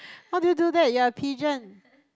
how do you do that you're a pigeon